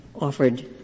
offered